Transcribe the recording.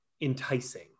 enticing